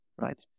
Right